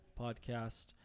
podcast